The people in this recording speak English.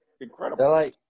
incredible